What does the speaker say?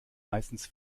meistens